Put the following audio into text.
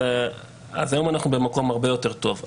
אז היום אנחנו במקום הרבה יותר טוב.